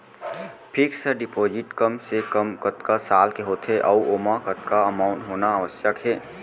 Fix deposit कम से कम कतका साल के होथे ऊ ओमा कतका अमाउंट होना आवश्यक हे?